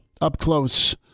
up-close